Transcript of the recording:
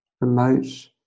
remote